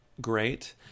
Great